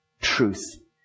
truth